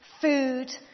food